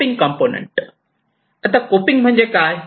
आता coping component म्हणजे काय